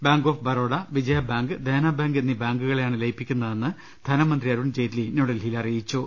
bank of Baroda Vijaya Bank Dena Bank എന്നീ ബാങ്കുകളെയാണ് ലയിപ്പിക്കുന്നതെന്ന് ധനമന്ത്രി അരുൺ ജെയ്റ്റ്ലി ന്യൂഡൽഹിയിൽ അറിയിച്ചു